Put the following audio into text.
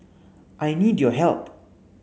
I need your help